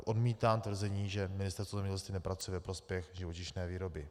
Odmítám tvrzení, že Ministerstvo zemědělství nepracuje ve prospěch živočišné výroby.